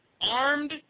armed